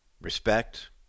respect